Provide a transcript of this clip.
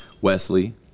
Wesley